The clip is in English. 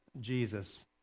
Jesus